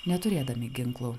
neturėdami ginklų